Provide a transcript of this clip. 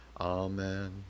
Amen